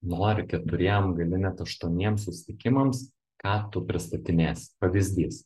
nori keturiem gali net aštuoniem susitikimams ką tu pristatinėsi pavyzdys